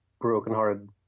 brokenhearted